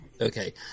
Okay